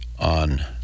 On